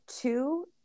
two